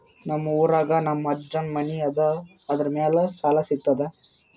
ನಮ್ ಊರಾಗ ನಮ್ ಅಜ್ಜನ್ ಮನಿ ಅದ, ಅದರ ಮ್ಯಾಲ ಸಾಲಾ ಸಿಗ್ತದ?